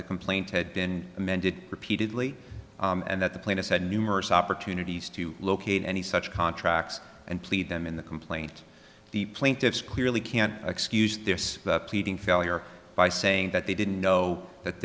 the complaint had been amended repeatedly and that the plaintiff had numerous opportunities to locate any such contracts and plead them in the complaint the plaintiffs clearly can't excuse this pleading failure by saying that they didn't know that